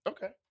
Okay